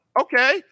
okay